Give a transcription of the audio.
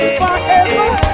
forever